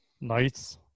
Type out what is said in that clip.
Nice